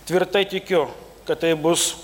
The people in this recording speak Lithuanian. tvirtai tikiu kad tai bus